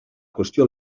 qüestió